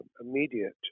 immediate